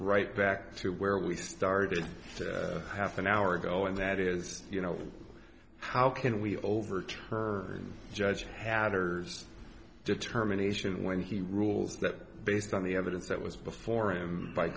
right back to where we started half an hour ago and that is you know how can we overturn judge hatters determination when he rules that based on the evidence that was before him by